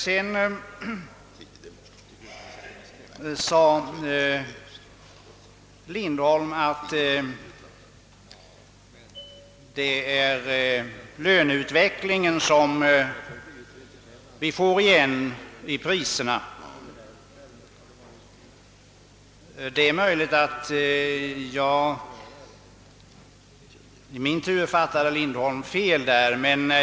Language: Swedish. Sedan sade herr Lindholm att det är löneutvecklingen som vi får igen i priserna. Det är möjligt att jag i min tur fattade herr Lindholm fel.